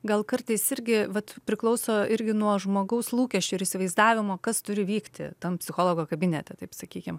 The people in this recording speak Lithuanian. gal kartais irgi vat priklauso irgi nuo žmogaus lūkesčių ir įsivaizdavimo kas turi vykti tam psichologo kabinete taip sakykim